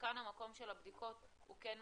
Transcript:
וכאן המקום של הבדיקות הוא כן משמעותי.